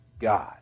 God